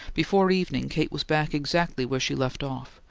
before evening kate was back exactly where she left off,